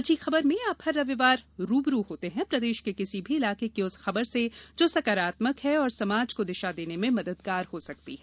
अच्छी खबर में आप हर रविवार रू ब रू होते हैं प्रदेश के किसी भी इलाके की उस खबर से जो सकारात्मक है और समाज को दिशा देने में मददगार हो सकती है